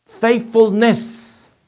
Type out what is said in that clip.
Faithfulness